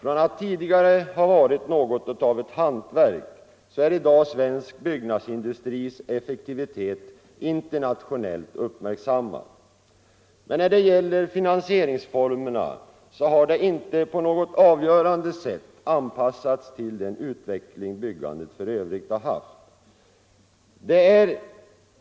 Det var ju tidigare något av ett hantverk, men i dag är svensk byggnadsindustris effektivitet internationellt uppmärksammad. Finansieringsformerna har emellertid inte på något avgörande sätt anpassats till den utveckling byggandet för övrigt har genomgått.